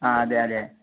ആ അതെ അതെ